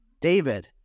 David